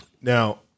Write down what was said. Now